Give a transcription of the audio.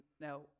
now